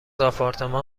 آپارتمان